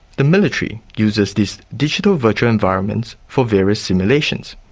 the military uses these digital virtual environments for various simulations,